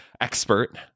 expert